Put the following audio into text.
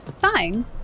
Fine